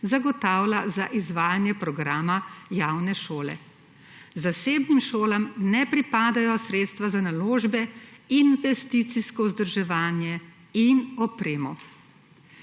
zagotavlja za izvajanje programa javne šole. Zasebnim šolam ne pripadajo sredstva za naložbe, investicijsko vzdrževanje in opremo.«